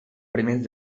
primers